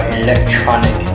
electronic